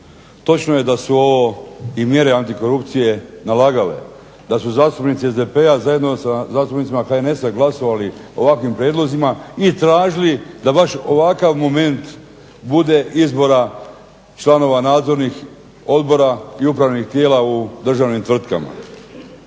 Točno je da su ovo mjere antikorupcije nalagale, da su zastupnici SDP-a zajedno sa zastupnici HNS-a glasovali ovakvim prijedlozima i tražili da baš ovakav moment bude izbora članova nadzornih odbora i upravnih tijela u državnim tvrtkama.